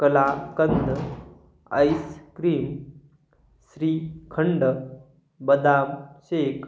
kalakand ice cream shrikhand बदाम शेक